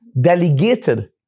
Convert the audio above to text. delegated